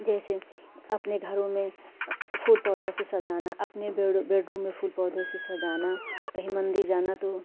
जैसे अपने घरों में फूल पौधा से सजाना अपने बेडो बेडरूम में फूल पौधों से सजाना कहीं मंदिर जाना तो